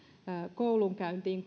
koulunkäyntiin